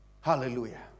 Hallelujah